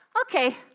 Okay